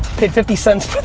paid fifty cents